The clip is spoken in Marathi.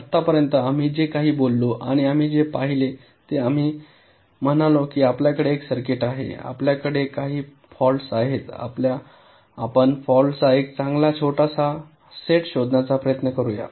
आतापर्यंत आम्ही जे काही बोललो आणि पाहिले ते आम्ही म्हणालो की आपल्या कडे एक सर्किट आहे आपल्या कडे काही फॉल्ट्स आहेत आपण फॉल्टस चा एक चांगला छोटासा सेट शोधण्याचा प्रयत्न करूया